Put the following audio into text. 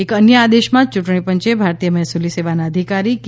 એક અન્ય આદેશમાં યૂંટણી પંચે ભારતીય મહેસૂલી સેવાના અધિકારી કે